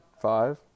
Five